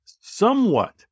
somewhat